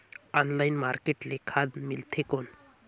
Online market ले खाद मिलथे कौन?